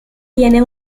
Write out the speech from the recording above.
tiene